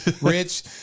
Rich